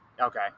Okay